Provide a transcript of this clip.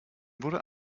wurde